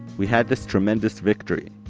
we had this tremendous victory.